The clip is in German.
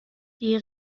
die